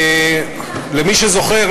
למי שזוכר,